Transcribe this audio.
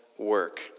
Work